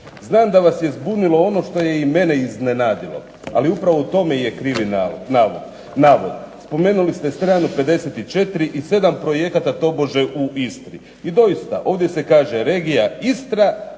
Znam da vas je zbunilo ono što je i mene iznenadilo. Ali upravo u tome je krivi navod, spomenuli ste stranu 54. i 7 projekata tobože u Istri i doista ovdje kaže regija Istra,